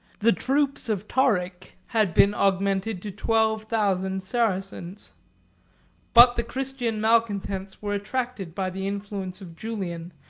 the troops of tarik had been augmented to twelve thousand saracens but the christian malecontents were attracted by the influence of julian,